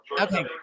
Okay